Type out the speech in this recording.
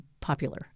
popular